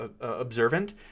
observant